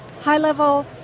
high-level